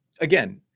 Again